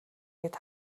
гээд